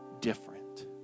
different